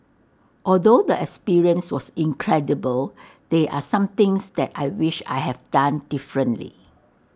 although the experience was incredible they are some things that I wish I have done differently